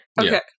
Okay